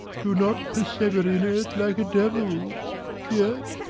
do not persever in it like a devil yet,